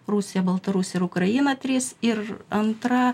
rusija baltarusija ir ukraina trys ir antrą